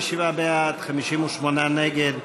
57 בעד, 58 נגד.